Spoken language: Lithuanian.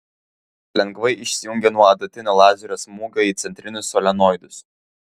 lengvai išsijungia nuo adatinio lazerio smūgio į centrinius solenoidus